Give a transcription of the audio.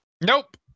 Nope